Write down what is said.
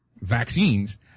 vaccines